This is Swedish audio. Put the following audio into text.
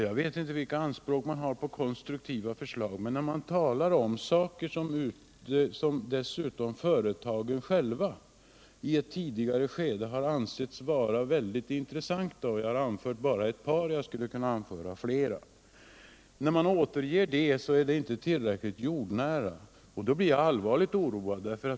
Jag vet inte vilka anspråk man har på konstruktiva förslag, men när man talar om saker som dessutom företagen själva i ett tidigare skede har kallat mycket intressanta — jag har bara anfört ett par, men jag skulle kunna lämna flera exempei — anses det inte tillräckligt jordnära! Då blir jag allvarligt oroad.